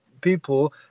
people